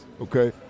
okay